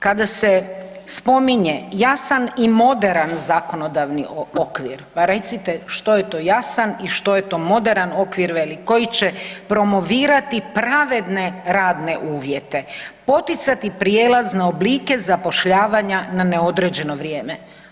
Kada se spominje jasan i moderan zakonodavni okvir, pa recite što je to jasan i što je to moderan okvir koji će promovirati pravedne radne uvjete, poticati prijelazne oblike zapošljavanja na neodređeno vrijeme.